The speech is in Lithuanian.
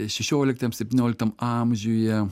šešioliktam septynioliktam amžiuje